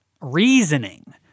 reasoning